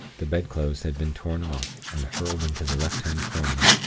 the bedclothes had been torn off, and hurled into the left-hand corner,